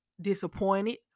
disappointed